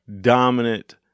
dominant